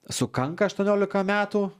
sukanka aštuoniolika metų